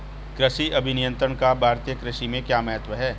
कृषि अभियंत्रण का भारतीय कृषि में क्या महत्व है?